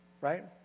right